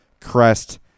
crest